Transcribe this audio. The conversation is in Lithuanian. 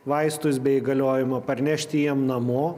vaistus be įgaliojimo parnešti jiem namo